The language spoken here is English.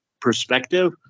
perspective